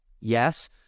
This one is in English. Yes